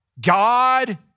God